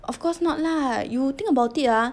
of course not lah you think about it ah